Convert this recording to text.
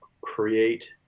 create